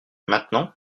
maintenant